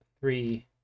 three